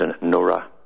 Nora